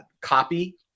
copy